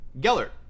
Gellert